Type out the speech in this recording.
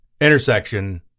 intersection –